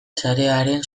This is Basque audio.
sarearen